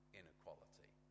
inequality